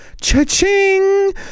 cha-ching